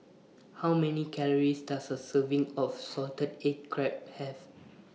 How Many Calories Does A Serving of Salted Egg Crab Have